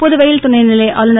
புதுவையில் துணைநிலை ஆளுனர்